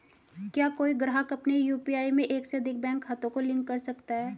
क्या कोई ग्राहक अपने यू.पी.आई में एक से अधिक बैंक खातों को लिंक कर सकता है?